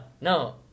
no